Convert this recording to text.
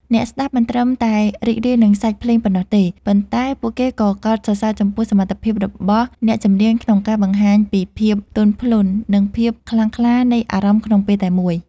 អ្នកស្ដាប់មិនត្រឹមតែរីករាយនឹងសាច់ភ្លេងប៉ុណ្ណោះទេ ប៉ុន្តែពួកគេក៏កោតសរសើរចំពោះសមត្ថភាពរបស់អ្នកចម្រៀងក្នុងការបង្ហាញពីភាពទន់ភ្លន់ និងភាពខ្លាំងក្លានៃអារម្មណ៍ក្នុងពេលតែមួយ។